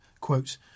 quote